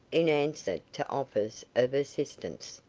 in answer to offers of assistance.